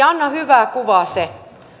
anna hyvää kuvaa se